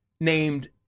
named